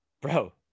bro